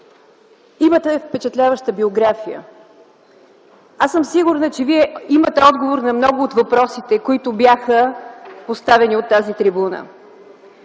имате впечатляваща биография. Аз съм сигурна, че Вие имате отговор на много от въпросите, които бяха поставени от тази трибуна.